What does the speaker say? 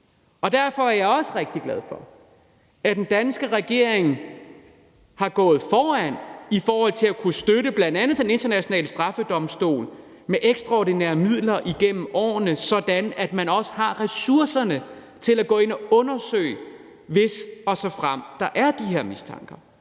Derfor er jeg også rigtig glad for, at den danske regering har gået foran i forhold til at kunne støtte bl.a. Den Internationale Straffedomstol med ekstraordinære midler igennem årene, sådan at man også har ressourcerne til at gå ind at undersøge, hvis og såfremt der er de her mistanker.